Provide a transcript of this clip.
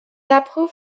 approuve